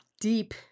deep